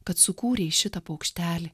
kad sukūrei šitą paukštelį